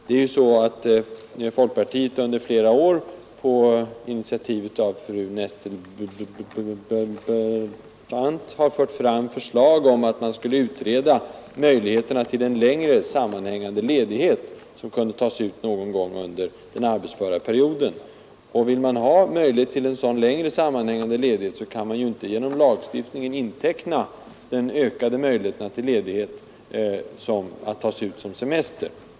På initiativ av fru Nettelbrandt har folkpartiet under flera år fört fram förslag om utredning av möjligheterna till en längre sammanhängande ledighet, som kunde tas ut någon gång under den arbetsföra perioden. Vill man verka för en sådan längre sammanhängande ledighet, kan man inte genom semesterlagstiftningen inteckna de ökade möjligheterna till ledighet och besluta att de skall tas ut i form av årlig semester.